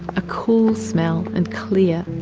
a cool smell, and clear,